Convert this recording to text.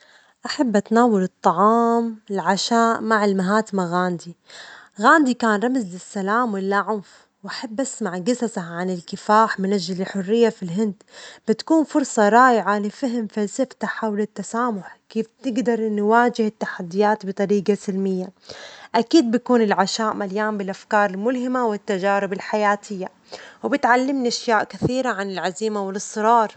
أحب أتناول الطعام العشاء مع المهاتما غاندي، غاندي كان رمز السلام واللا عنف، وأحب أسمع جصصه عن الكفاح من أجل الحرية في الهند، بتكون فرصة رائعة لفهم فلسفته حول التسامح، كيف تجدري نواجه التحديات بطريجة سلمية ، أكيد بيكون العشاء مليان بالأفكار الملهمة والتجارب الحياتية، وبتعلمني أشياء كثيرة عن العزيمة والإصرار.